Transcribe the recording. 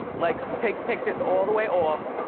like take take this all the way off.